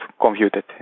computed